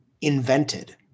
invented